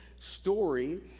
Story